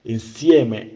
Insieme